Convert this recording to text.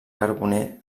carboner